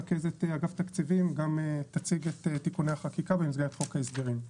רכזת אגף תקציבים גם תציג את תיקוני החקיקה במסגרת חוק ההסדרים.